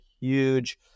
huge